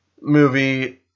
movie